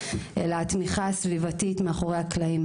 אלא התמיכה הסביבתית מאחורי הקלעים,